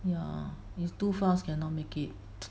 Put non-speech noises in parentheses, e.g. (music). ya if too fast cannot make it (noise)